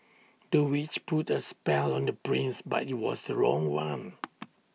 the witch put A spell on the prince but IT was the wrong one